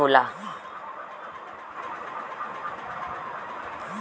धरती पे सबसे जादा पानी बरसाती पानी होला